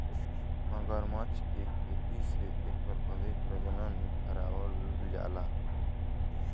मगरमच्छ के खेती से एकर अधिक प्रजनन करावल जाला